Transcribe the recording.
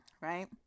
Right